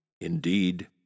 Indeed